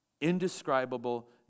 indescribable